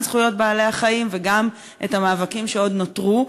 זכויות בעלי-החיים וגם את המאבקים שעוד נותרו.